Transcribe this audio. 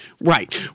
Right